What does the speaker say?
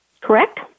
Correct